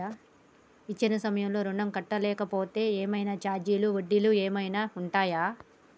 ఇచ్చిన సమయంలో ఋణం కట్టలేకపోతే ఏమైనా ఛార్జీలు వడ్డీలు ఏమైనా ఉంటయా?